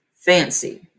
fancy